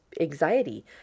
anxiety